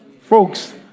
Folks